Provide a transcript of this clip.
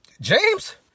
James